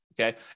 Okay